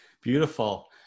Beautiful